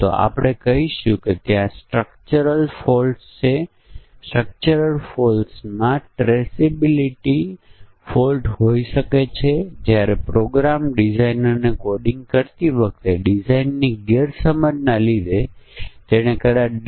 તેથી કારણો અને અસરો આપણે વર્તુળો નોડના રૂપમાં સૂચવીએ છીએ અને આપણે બધા 5 કારણો લખ્યા છે અને પછી જ્યારે પણ કારણોનું સંયોજન થાય છે જે અસર ઉત્પન્ન કરે છે ત્યારે આપણી પાસે આ મધ્યવર્તી નોડ છે